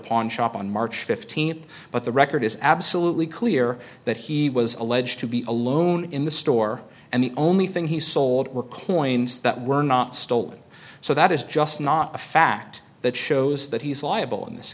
pawn shop on march fifteenth but the record is absolutely clear that he was alleged to be alone in the store and the only thing he sold were coins that were not stolen so that is just not a fact that shows that he's liable in this